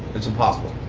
it's impossible.